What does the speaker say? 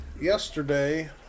Yesterday